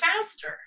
faster